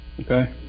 okay